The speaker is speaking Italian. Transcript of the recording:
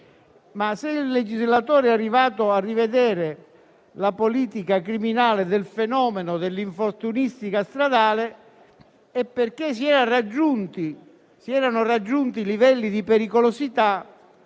se il legislatore è arrivato a rivedere la politica criminale del fenomeno dell'infortunistica stradale è perché si erano raggiunti livelli di pericolosità